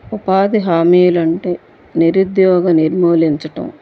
ఉపాధి హామీలంటూ నిరుద్యోగ నిర్మూలించటం